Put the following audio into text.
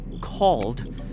called